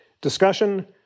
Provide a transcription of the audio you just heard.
discussion